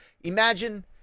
imagine